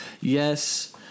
Yes